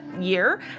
year